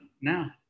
now